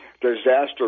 disaster